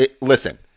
listen